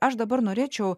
aš dabar norėčiau